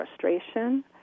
frustration